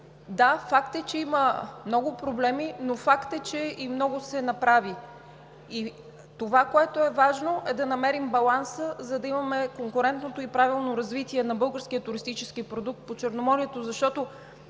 Да, факт е, че има много проблеми, но факт е, че и много се направи. Това, което е важно, e да намерим баланса, за да имаме конкурентното и правилното развитие на българския туристически продукт по Черноморието, защото